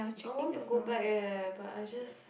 I want to go back eh but I just